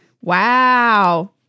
wow